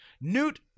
Newt